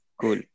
Cool